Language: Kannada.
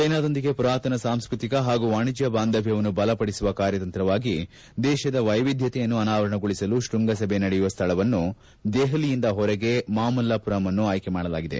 ಜೈನಾದೊಂದಿಗೆ ಮರಾತನ ಸಾಂಸ್ಕತಿಕ ಹಾಗೂ ವಾಣಿಜ್ಞ ಬಾಂಧವ್ಯವನ್ನು ಬಲಪಡಿಸುವ ಕಾರ್ಯತಂತ್ರವಾಗಿ ದೇಶದ ವೈವಿಧ್ಯತೆಯನ್ನು ಅನಾವರಣಗೊಳಿಸಲು ಶ್ವಂಗಸಭೆ ನಡೆಯುವ ಸ್ವಳವನ್ನು ದೆಹಲಿಯಿಂದ ಹೊರಗೆ ಮಾಮಲ್ಲಮರಂ ಅನ್ನು ಆಯ್ಲೆ ಮಾಡಲಾಗಿದೆ